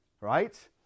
right